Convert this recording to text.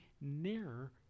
nearer